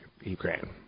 Ukraine